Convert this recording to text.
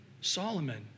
Solomon